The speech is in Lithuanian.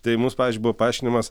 tai mums pavyzdžiui buvo paaiškinimas